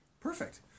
Perfect